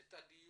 את הדיון.